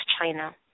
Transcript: China